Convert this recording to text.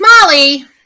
Molly